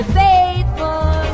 faithful